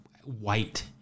white